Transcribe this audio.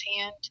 hand